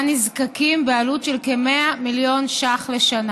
שואה נזקקים היא הצעה חברתית ראשונה במעלה.